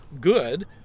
good